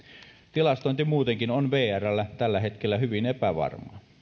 tilastointi muutenkin on vrllä tällä hetkellä hyvin epävarmaa